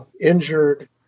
injured